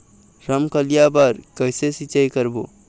रमकलिया बर कइसे सिचाई करबो?